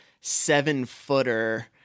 seven-footer